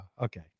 okay